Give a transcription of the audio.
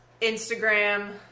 Instagram